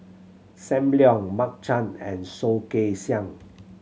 Sam Leong Mark Chan and Soh Kay Siang